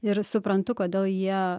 ir suprantu kodėl jie